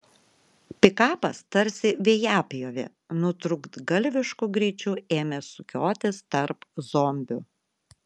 pikapas tarsi vejapjovė nutrūktgalvišku greičiu ėmė sukiotis tarp zombių